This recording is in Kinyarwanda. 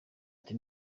ati